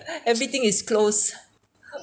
everything is closed